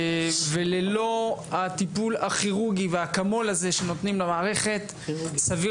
וללא הטיפול הכירורגי והאקמול הזה שנותנים למערכת סביר